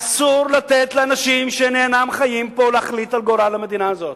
אסור לתת לאנשים שאינם חיים פה להחליט על גורל המדינה הזו.